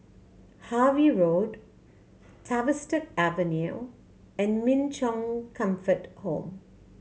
Harvey Road Tavistock Avenue and Min Chong Comfort Home